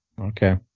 Okay